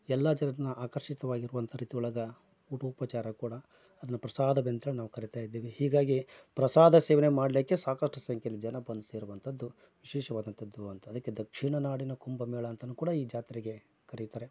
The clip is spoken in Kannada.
ಎಲ್ಲಾ ಜನರನ್ನ ಆಕರ್ಷಿತವಾಗಿರುವಂಥ ರೀತಿ ಒಳಗ ಊಟೋಪಚಾರ ಕೂಡ ಅದನ್ನ ಪ್ರಸಾದ ಅಂತೇಳಿ ನಾವು ಕರಿತಾಯಿದ್ದೀವಿ ಹೀಗಾಗಿ ಪ್ರಸಾದ ಸೇವನೆ ಮಾಡಲಿಕ್ಕೆ ಸಾಕಷ್ಟು ಸಂಖ್ಯೆಯಲ್ಲಿ ಜನ ಬಂದು ಸೇರುವಂಥದ್ದು ವಿಶೇಷವಾದಂಥದ್ದು ಅಂತ ಅದಕ್ಕೆ ದಕ್ಷಿಣ ನಾಡಿನ ಕುಂಭ ಮೇಳ ಅಂತನೂ ಕೂಡ ಈ ಜಾತ್ರೆಗೆ ಕರೆಯುತ್ತಾರೆ